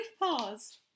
pause